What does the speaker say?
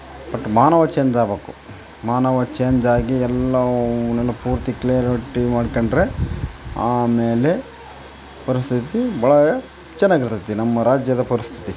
but ಮಾನವ change ಆಗ್ಬೇಕು ಮಾನವ ಚೇಂಜಾಗಿ ಎಲ್ಲಾವನ್ನು ಪೂರ್ತಿ ಕ್ಲಿಯರ್ ಹಟ್ಟಿ ಮಾಡ್ಕೊಂಡ್ರೆ ಆಮೇಲೆ ಪರಿಸ್ಥಿತಿ ಭಾಳ ಚೆನ್ನಾಗಿರ್ತದೆ ನಮ್ಮ ರಾಜ್ಯದ ಪರಿಸ್ಥಿತಿ